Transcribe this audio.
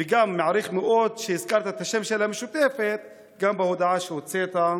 ומעריך מאוד שהזכרת את השם של המשותפת גם בהודעה שהוצאת,